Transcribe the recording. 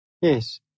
Yes